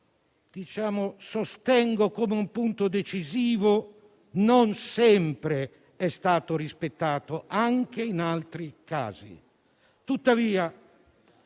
che sostengo come un punto decisivo, non sempre è stato rispettato, anche in altri casi. Tuttavia,